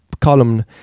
column